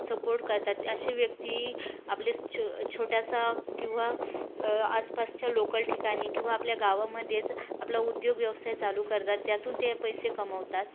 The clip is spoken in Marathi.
सपोर्ट करतात असे व्यक्ती आपले छो छोटासा किंवा आसपासच्या लोकल ठिकाणी किंवा आपल्या गावामध्येच आपला उद्योग व्यवसाय चालू करतात त्यातून ते पैसे कमवतात